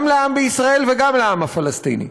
גם לעם בישראל וגם לעם הפלסטיני.